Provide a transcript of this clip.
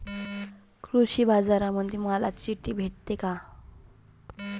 कृषीबाजारामंदी मालाची चिट्ठी भेटते काय?